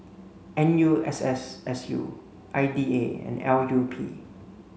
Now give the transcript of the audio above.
N U S S S U I D A and L U P